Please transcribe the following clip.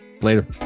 Later